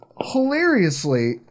hilariously